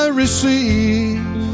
receive